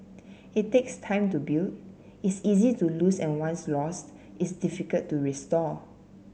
it takes time to build is easy to lose and once lost is difficult to restore